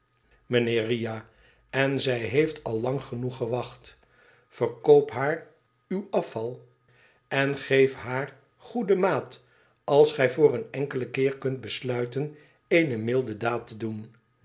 mijnheer riah en zij heeft al lang genoeg gewacht verkoop haar uw afval en eef haar goede maat als gij voor een enkelen keer kunt besluiten eene milde daad te doen